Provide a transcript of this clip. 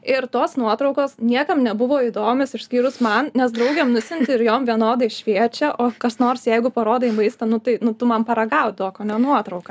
ir tos nuotraukos niekam nebuvo įdomios išskyrus man nes draugėm nusiunti ir jom vienodai šviečia o kas nors jeigu parodai maistą nu tai nu tu man paragaut duok o ne nuotrauką